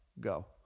Go